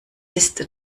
ist